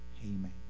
Amen